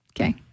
okay